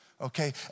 Okay